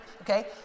Okay